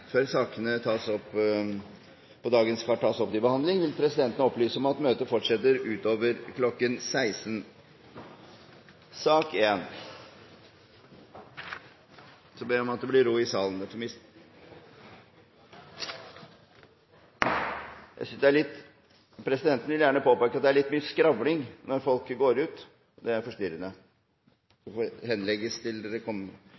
Før sakene på dagens kart tas opp til behandling, vil presidenten opplyse om at møtet fortsetter utover kl. 16. Presidenten ber om at det blir ro i salen og vil gjerne påpeke at det er litt mye skravling når folk går ut. Det er forstyrrende. Det får henlegges til dere